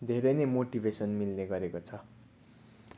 धेरै नै मोटिभेसन मिल्ने गरेको छ